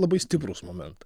labai stiprūs moment